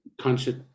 conscious